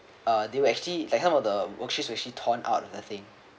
uh they were actually like kind of the worksheet actually torn out the thing